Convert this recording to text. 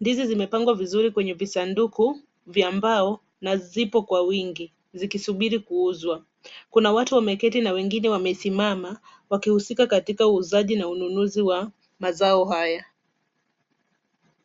Ndizi zimepangwa vizuri kwenye visanduku vya mbao na zipo kwa wingi sikisubiri kuuswa. Kuna watu wameketi na wengine wamesimama wakihusika katika uhusuji na ununusi wa masao haya